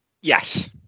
Yes